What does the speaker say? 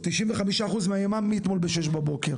ולאחר מכן ממשרד האוצר,